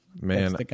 Man